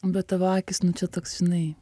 bet tavo akys nu čia toks žinai